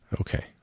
Okay